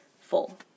full